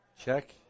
Check